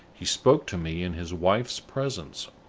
he spoke to me in his wife's presence.